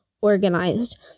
organized